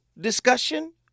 discussion